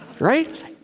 Right